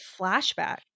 flashback